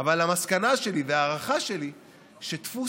אבל המסקנה שלי וההערכה שלי הן שדפוס